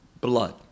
blood